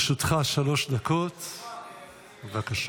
לרשותך שלוש דקות, בבקשה.